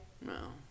no